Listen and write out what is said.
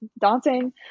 daunting